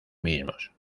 mismos